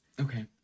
Okay